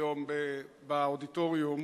היום באודיטוריום.